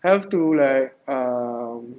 have to like um